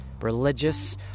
religious